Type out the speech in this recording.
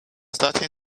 starting